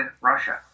Russia